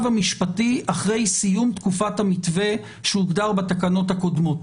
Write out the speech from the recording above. המשפטי אחרי סיום תקופת המתווה שהוגדר בתקנות הקודמות.